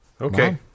Okay